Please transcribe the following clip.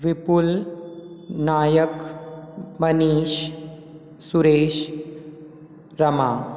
Vipul Nayak Manish Suresh Rama